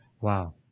Wow